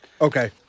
Okay